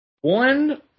one